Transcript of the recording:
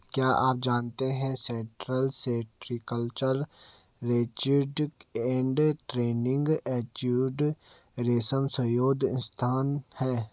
क्या आप जानते है central sericultural research and training institute रेशम शोध संस्थान है?